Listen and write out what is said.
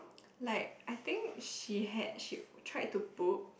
like I think she had she tried to book